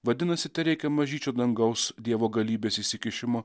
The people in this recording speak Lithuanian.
vadinasi tereikia mažyčio dangaus dievo galybės įsikišimo